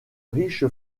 riche